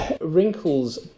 Wrinkles